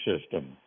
system